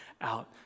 out